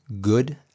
good